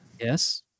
Yes